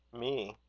me?